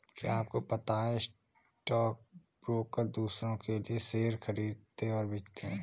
क्या आपको पता है स्टॉक ब्रोकर दुसरो के लिए शेयर खरीदते और बेचते है?